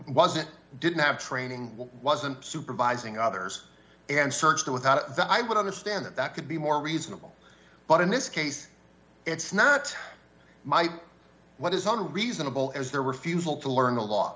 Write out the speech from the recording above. wasn't didn't have training wasn't supervising others and searched without that i would understand that that could be more reasonable but in this case it's not my what isn't reasonable as their refusal to learn